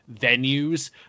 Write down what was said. venues